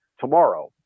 tomorrow